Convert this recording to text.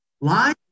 Lie